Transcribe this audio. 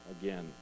again